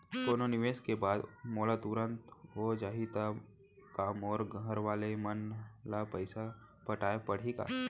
कोनो निवेश के बाद मोला तुरंत हो जाही ता का मोर घरवाले मन ला पइसा पटाय पड़ही का?